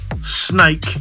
Snake